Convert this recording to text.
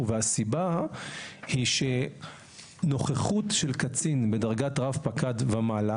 והסיבה היא שנוכחות של קצין בדרגת רב פקד ומעלה